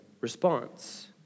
response